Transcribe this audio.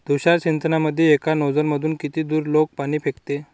तुषार सिंचनमंदी एका नोजल मधून किती दुरलोक पाणी फेकते?